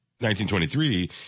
1923